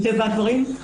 מטבע הדברים.